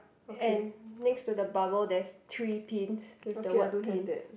and next to the bubble there's three pins with the word pins